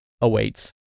awaits